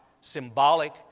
symbolic